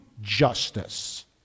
justice